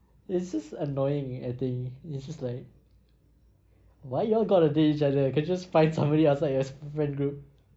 it's just annoying I think it's just like why you all got to date each other can you just find somebody else outside your friend group